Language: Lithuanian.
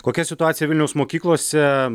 kokia situacija vilniaus mokyklose